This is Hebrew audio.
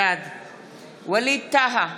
בעד ווליד טאהא,